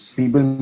people